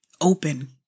open